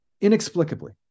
inexplicably